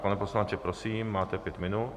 Pane poslanče, prosím, máte pět minut.